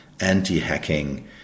anti-hacking